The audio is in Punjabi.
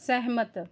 ਸਹਿਮਤ